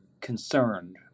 concerned